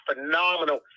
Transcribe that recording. phenomenal